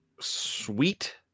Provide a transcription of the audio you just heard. sweet